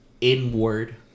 inward